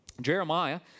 Jeremiah